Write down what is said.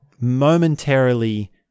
momentarily